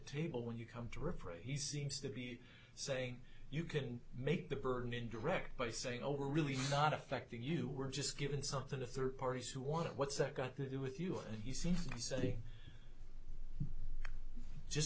table when you come to reproach he seems to be saying you can make the burden indirect by saying oh we're really not affecting you we're just given something to third parties who want what's that got to do with you and he sees something just